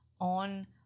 on